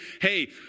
hey